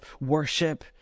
worship